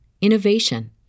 innovation